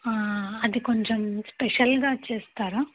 అది కొంచెం స్పెషల్గా చేస్తారా